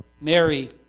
Mary